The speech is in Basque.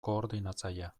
koordinatzailea